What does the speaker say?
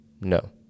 No